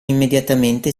immediatamente